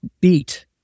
beat